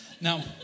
Now